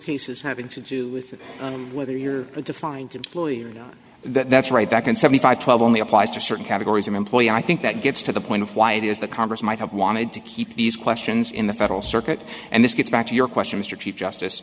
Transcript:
cases having to do with whether you're a defined employee or not that's right back in seventy five twelve only applies to certain categories of employee i think that gets to the point of why it is the congress might have wanted to keep these questions in the federal circuit and this gets back to your question mr chief justice